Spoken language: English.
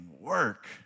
work